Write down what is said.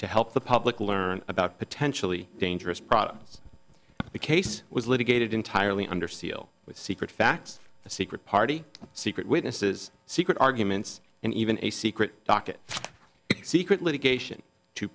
to help the public learn about potentially dangerous products the case was litigated entirely under seal with secret facts a secret party secret witnesses secret arguments and even a secret docket secret litigation to